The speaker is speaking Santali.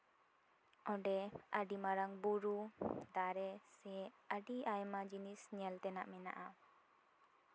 ᱚᱸᱰᱮ ᱟᱹᱰᱤ ᱢᱟᱨᱟᱝ ᱵᱩᱨᱩ ᱫᱟᱨᱮ ᱥᱮ ᱟᱹᱰᱤ ᱟᱭᱢᱟ ᱡᱤᱱᱤᱥ ᱧᱮᱞ ᱛᱮᱱᱟᱜ ᱢᱮᱱᱟᱜᱼᱟ